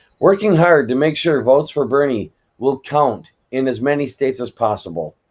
working hard to make sure votes for bernie will count in as many states as possible.